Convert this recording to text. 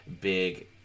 big